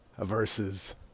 versus